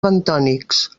bentònics